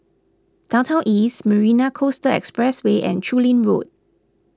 Downtown East Marina Coastal Expressway and Chu Lin Road